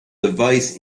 device